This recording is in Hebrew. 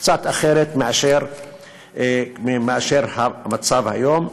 קצת אחרת מאשר המצב היום.